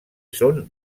són